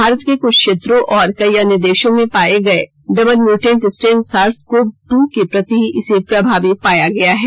भारत के कुछ क्षेत्रों और कई अन्य देशों में पाए गए double mutant strain SARS CoV two के प्रति इसे प्रभावी पाया गया है